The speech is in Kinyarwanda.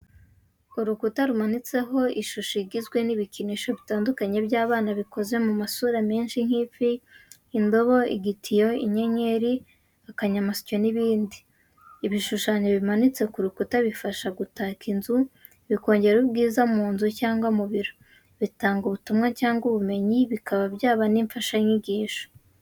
Urukuta rumanitseho ishusho igizwe n'ibikinisho bitandukanye by'abana bikoze mu masura menshi nk'ifi, indobo, igitiyo, inyenyeri, akanyamasyo n'ibindi. Ibishushanyo bimanitse ku rukuta bifasha gutaka inzu, bikongera ubwiza mu nzu cyangwa mu biro. Bitanga ubutumwa cyangwa ubumenyi, bikaba byaba n'imfashanyigisho.